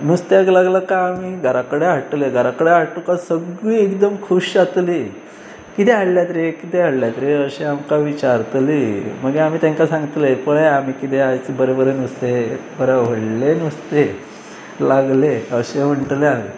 नुस्त्याक लागला काय आमी घर कडेन हाडटले घराकडेन हाडटका सगळीं एकदम खूश जातली किदं हाडल्या रेकिदं हाडल्या रे अशें आमकां विचारतली मागीर आमी तेंकां सांगतले पळय आमी किदें आय बरें बरें नुस्तें बरें व्हडलें नुस्तें लागले अशें म्हणटलें आमी